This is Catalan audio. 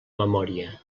memòria